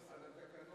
חבר הכנסת מתן כהנא,